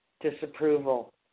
disapproval